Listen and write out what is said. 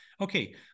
Okay